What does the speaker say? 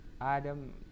Adam